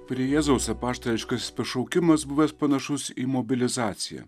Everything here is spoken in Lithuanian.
prie jėzaus apaštališkasis pašaukimas buvęs panašus į mobilizaciją